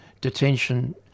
detention